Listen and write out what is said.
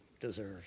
deserves